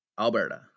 Alberta